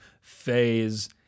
phase